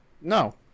no